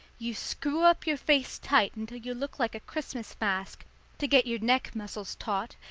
you screw up your face tight until you look like a christmas mask to get your neck muscles taut,